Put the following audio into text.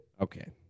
Okay